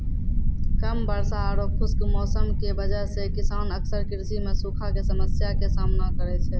कम वर्षा आरो खुश्क मौसम के वजह स किसान अक्सर कृषि मॅ सूखा के समस्या के सामना करै छै